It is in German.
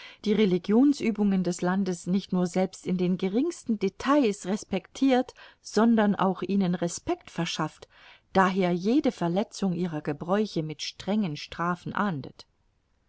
die religionsübungen des landes nicht nur selbst in den geringsten details respectirt sondern auch ihnen respect verschafft daher jede verletzung ihrer gebräuche mit strengen strafen ahndet